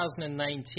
2019